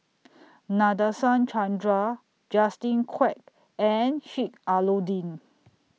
Nadasen Chandra Justin Quek and Sheik Alau'ddin